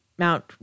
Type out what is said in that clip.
Mount